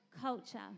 culture